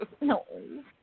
No